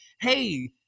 hey